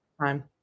time